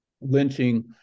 lynching